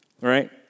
right